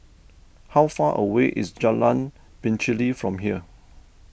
how far away is Jalan Pacheli from here